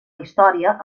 història